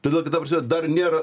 todėl kad ta prasme dar nėra